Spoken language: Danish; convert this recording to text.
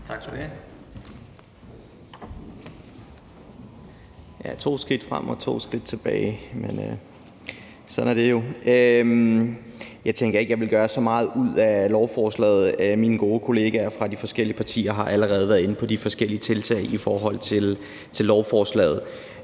kr. skal de have